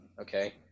okay